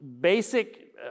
basic